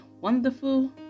wonderful